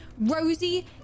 Rosie